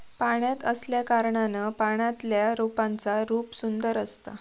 पाण्यात असल्याकारणान पाण्यातल्या रोपांचा रूप सुंदर असता